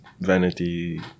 vanity